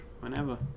whenever